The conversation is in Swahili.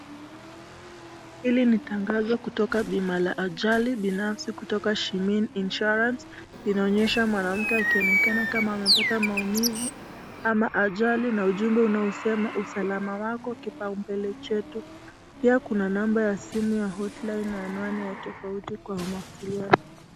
Hili ni tangazo kutoka bima la ajali binafsi kutioka Shimin Insurance. Linaonyesha mwanamke akionekana kama amepata maumivu ama ajali na ujumbe unaosema usalama wako kibao mbele chetu. Pia kuna number ya simu ya hotline na anwani tofauti kwa mawasiliano.